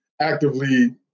actively